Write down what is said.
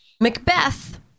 Macbeth